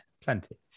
plenty